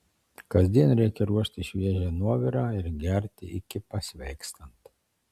kasdien reikia ruošti šviežią nuovirą ir gerti iki pasveikstant